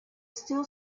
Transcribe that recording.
still